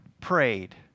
prayed